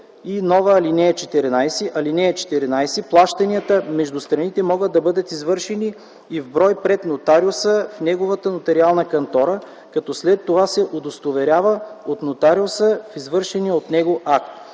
се нова ал. 14: „(14) Плащанията между страните могат да бъдат извършени и в брой пред нотариуса в неговата нотариална кантора, като след това се удостоверява от нотариуса в извършения от него акт.”